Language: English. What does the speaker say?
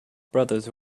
brothers